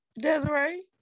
Desiree